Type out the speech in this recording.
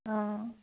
অঁ